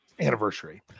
anniversary